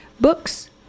books